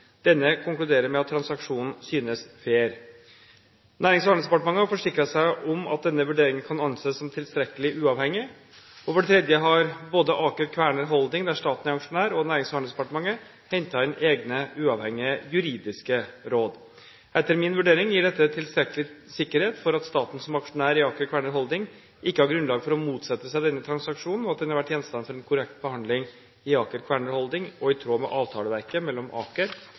Denne konkluderer med at transaksjonen synes fair. Nærings- og handelsdepartementet har forsikret seg om at denne vurderingen kan anses som tilstrekkelig uavhengig. For det tredje har både Aker Kværner Holding, der staten er aksjonær, og Nærings- og handelsdepartementet hentet inn egne uavhengige juridiske råd. Etter min vurdering gir dette tilstrekkelig sikkerhet for at staten, som aksjonær i Aker Kværner Holding, ikke har grunnlag for å motsette seg denne transaksjonen, og at den har vært gjenstand for en korrekt behandling i Aker Kværner Holding og i tråd med avtaleverket mellom Aker